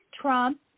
Trump